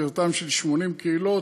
בנושא קריסתן וסגירתן של 80 קהילות,